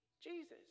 Jesus